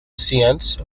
seance